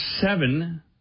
seven